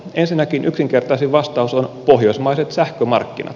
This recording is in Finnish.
ensinnäkin yksinkertaisin vastaus on pohjoismaiset sähkömarkkinat